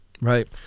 Right